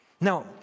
Now